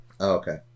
okay